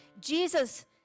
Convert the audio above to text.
Jesus